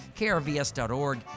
krvs.org